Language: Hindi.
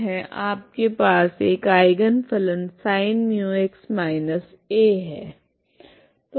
आपके पास एक आइगन फलन sin μx−a है